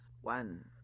One